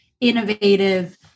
innovative